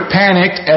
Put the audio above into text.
panicked